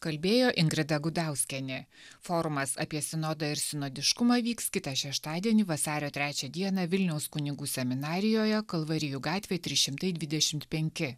kalbėjo ingrida gudauskienė forumas apie sinodą ir sinodiškumą vyks kitą šeštadienį vasario trečią dieną vilniaus kunigų seminarijoje kalvarijų gatvėj trys šimtai dvidešimt penki